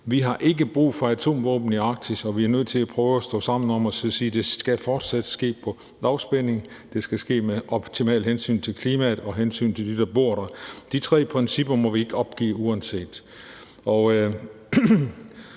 vi har ikke brug for atomvåben i Arktis, og vi er nødt til at prøve at stå sammen om at sige: Samarbejdet skal fortsat ske på basis af lavspænding, og det skal ske med et optimalt hensyn til klimaet og de, der bor der. De tre principper må vi ikke opgive uanset